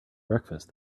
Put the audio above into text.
breakfast